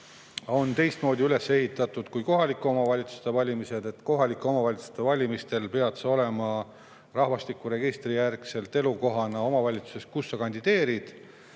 on teistmoodi üles ehitatud kui kohalike omavalitsuste valimised. Kohalike omavalitsuste valimistel peab su rahvastikuregistrijärgne elukoht olema omavalitsuses, kus sa kandideerid.